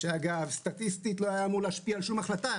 שאגב סטטיסטית לא היה אמור להשפיע על שום החלטה,